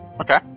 Okay